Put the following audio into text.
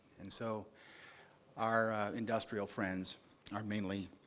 and so our industrial friends are mainly